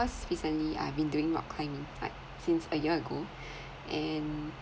cause recently I've been doing rock climbing like since a year ago and